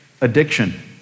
addiction